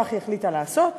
כך היא החליטה לעשות,